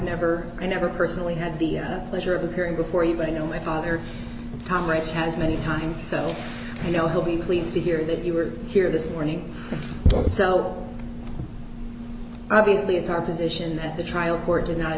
never i never personally had the pleasure of appearing before you but you know my father tom waits has many times so you know he'll be pleased to hear that you were here this morning and so obviously it's our position that the trial court denied